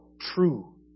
true